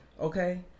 Okay